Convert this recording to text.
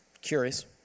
curious